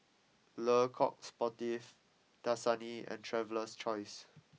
Le Coq Sportif Dasani and Traveler's Choice